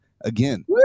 Again